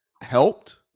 helped